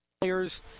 players